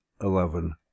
eleven